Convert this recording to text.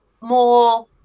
more